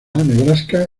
nebraska